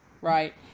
Right